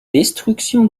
destruction